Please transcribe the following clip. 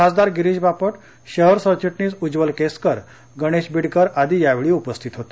खासदार गिरीश बापट्रा शहर सरचिजीस उज्वल केसकर गणेश बिडकर आदी यावेळी उपस्थित होते